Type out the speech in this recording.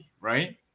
right